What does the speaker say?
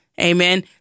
amen